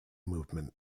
movement